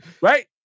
Right